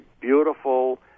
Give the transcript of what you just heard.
beautiful